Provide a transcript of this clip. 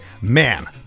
man